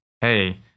hey